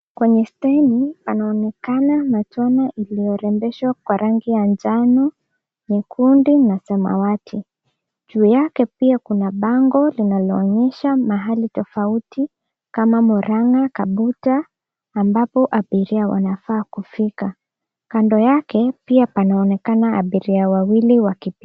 Kwenye steni, anaonekana matone iliyorembeshwa kwa rangi ya njano, nyekundu na samawati. Juu yake pia kuna bango linaloonyesha mahali tofauti kama Murang'a, Kabuta ambapo abiria wanafaa kufika. Kando yake pia panaonekana abiria wawili wakipita.